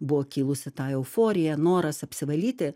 buvo kilusi ta euforija noras apsivalyti